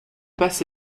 passe